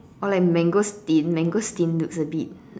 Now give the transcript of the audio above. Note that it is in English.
or like mangosteen mangosteen looks a bit